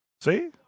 see